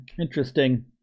Interesting